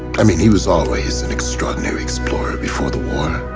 i mean he was always an extraordinary explorer before the war.